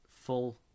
full